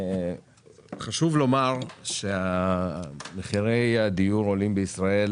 חשוב לומר שמחירי הדיור עולים בישראל